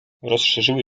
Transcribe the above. rozszerzyły